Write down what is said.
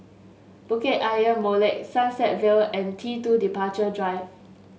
Bukit Ayer Molek Sunset Vale and T two Departure Drive